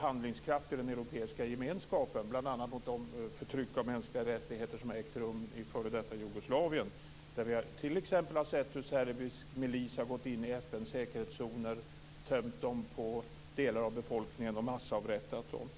handlingskraft i den europeiska gemenskapen mot bl.a. det förtryck av mänskliga rättigheter som har ägt rum i f.d. Jugoslavien. Där har vi t.ex. sett hur serbisk milis har gått in i FN:s säkerhetszoner, tömt dessa på delar av befolkningen och massavrättat dem.